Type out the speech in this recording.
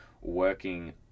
working